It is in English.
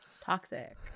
Toxic